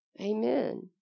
Amen